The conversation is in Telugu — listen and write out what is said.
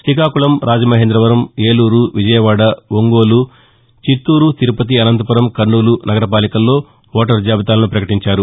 తీకాకుళం రాజమహేందవరం ఏలూరు విజయవాడ ఒంగోలు చిత్తూరు తిరుపతి అసంతపురం కర్నూలు నగరపాలికల్లో ఓటరు జాబితాలను పకటించారు